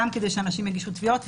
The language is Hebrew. גם כדי שאנשים יגישו תביעות,